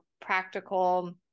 practical